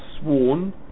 sworn